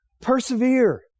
persevere